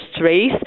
race